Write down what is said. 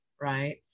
right